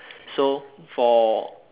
so for